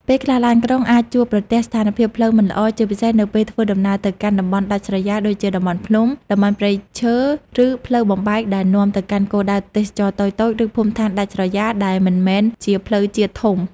ពេលខ្លះ ឡានក្រុងអាចជួបប្រទះស្ថានភាពផ្លូវមិនល្អ ជាពិសេសនៅពេលធ្វើដំណើរទៅកាន់ តំបន់ដាច់ស្រយាល ដូចជាតំបន់ភ្នំ តំបន់ព្រៃឈើ ឬផ្លូវបំបែកដែលនាំទៅកាន់គោលដៅទេសចរណ៍តូចៗ ឬភូមិឋានដាច់ស្រយាលដែលមិនមែនជាផ្លូវជាតិធំ។